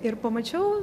ir pamačiau